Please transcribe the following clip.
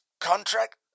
contract